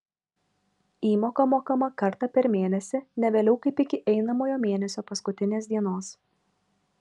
įmoka mokama kartą per mėnesį ne vėliau kaip iki einamojo mėnesio paskutinės dienos